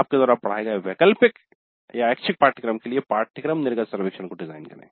आपके द्वारा पढ़ाए गए वैकल्पिक ऐच्छिक पाठ्यक्रम के लिए पाठ्यक्रम निर्गत सर्वेक्षण डिजाइन करे